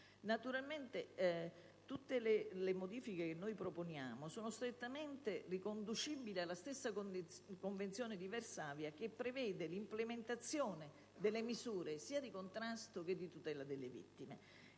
Naturalmente tutte le modifiche che proponiamo sono strettamente riconducibili alla stessa Convenzione di Varsavia, che prevede l'implementazione delle misure sia di contrasto, sia di tutela delle vittime.